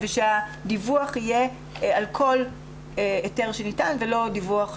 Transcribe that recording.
הדיווח יהיה על כל היתר שניתן לא דיווח שבועי.